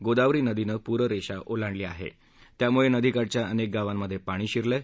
गोदावरी नदीनं पूररेषा ओलांडल्यामुळे नदीकाठच्या अनेक गावांमध्ये पाणी शिरलं आहे